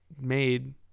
made